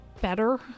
better